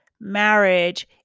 marriage